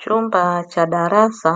Chumba cha darasa